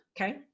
Okay